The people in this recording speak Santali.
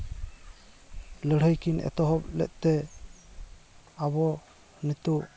ᱞᱟᱹᱲᱦᱟᱹᱭ ᱠᱤᱱ ᱮᱛᱚᱦᱚᱵ ᱞᱮᱫᱛᱮ ᱟᱵᱚ ᱱᱤᱛᱳᱜ